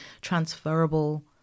transferable